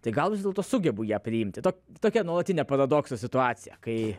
tai gal vis dėlto sugebu ją priimti to tokia nuolatinė paradoksų situaciją kai